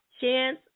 Chance